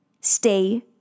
stay